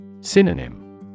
Synonym